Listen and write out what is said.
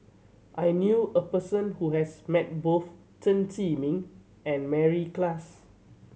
I knew a person who has met both Chen Zhiming and Mary Klass